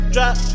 Drop